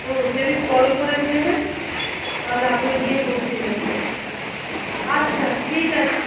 হুম সেদিন কল করে নেবে তাহলে আমিও গিয়ে পৌঁছে যাবো আচ্ছা ঠিক আছে